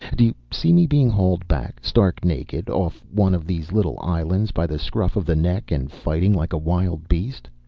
do you see me being hauled back, stark naked, off one of these little islands by the scruff of the neck and fighting like a wild beast?